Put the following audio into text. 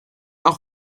auch